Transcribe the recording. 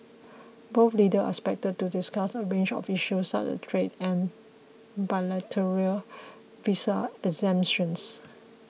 both leaders are expected to discuss a range of issues such as trade and bilateral visa exemptions